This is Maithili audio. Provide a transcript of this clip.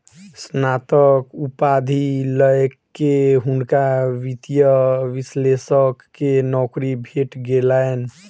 स्नातक उपाधि लय के हुनका वित्तीय विश्लेषक के नौकरी भेट गेलैन